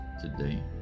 today